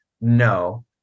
No